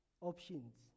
options